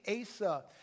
Asa